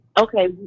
okay